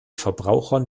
verbrauchern